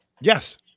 Yes